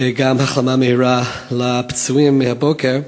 וגם מאחל החלמה מהירה לפצועים מהבוקר.